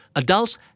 adults